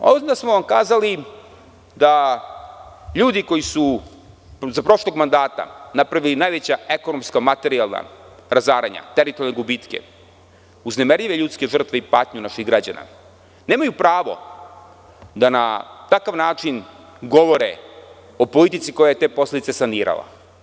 Onda smo vam kazali da ljudi koji su za prošlog mandata napravili najveća ekonomsko-materijalna razaranja, teritorijalne gubitke, uz nemerljive ljudske žrtve i patnju naših građana, nemaju pravo da na takav način govore o politici koja je te posledice sanirala.